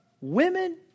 women